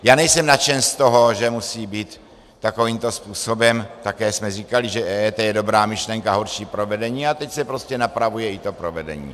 Já nejsem nadšen z toho, že musí být takovýmto způsobem, také jsme říkali, že EET je dobrá myšlenka, ale horší provedení, a teď se prostě napravuje i to provedení.